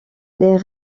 les